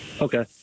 Okay